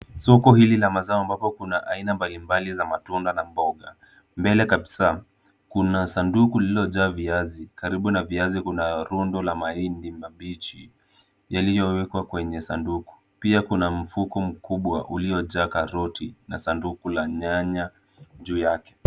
Soko hili la mazao ambapo kuna aina mbalimbali za matunda na mboga. Mbele kabisa kuna sanduku lililojaa viazi. Karibu na viazi kuna rundo la mahindi mabichi yaliyowekwa kwenye sanduku. Pia kuna mfuko mkubwa uliojaa karoti na sanduku la nyanya juu yake.